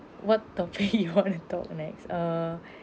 what topic you want to talk next err